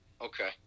Okay